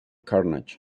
carnage